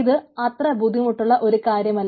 ഇത് അത്ര ബുദ്ധിമുട്ടുള്ള ഒരു കാര്യമല്ല